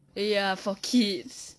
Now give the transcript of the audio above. ya for kids